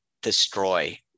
destroy